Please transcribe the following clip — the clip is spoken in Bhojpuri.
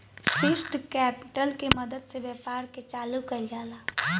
फिक्स्ड कैपिटल के मदद से व्यापार के चालू कईल जाला